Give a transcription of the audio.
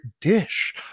dish